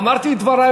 אמרתי את דברי,